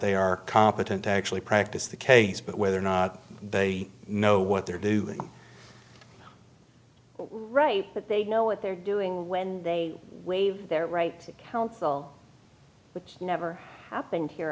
they are competent to actually practice the case but whether or not they know what they're doing right but they know what they're doing when they waive their right to counsel which never happened here